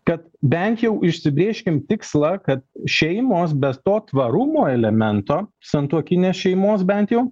kad bent jau užsibrėžkim tikslą kad šeimos be to tvarumo elemento santuokinės šeimos bent jau